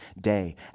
day